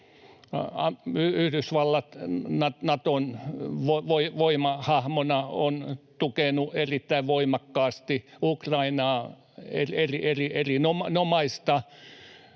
Yhdysvallat Naton voimahahmona on tukenut erittäin voimakkaasti Ukrainaa — erinomaista